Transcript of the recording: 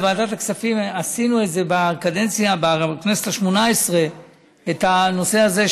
בוועדת הכספים עשינו בקדנציה בכנסת השמונה-עשרה את הנושא הזה,